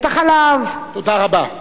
את החלב, תודה רבה.